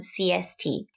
CST